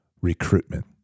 recruitment